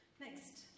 Next